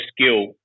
skill